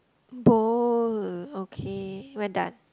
bowl okay we're done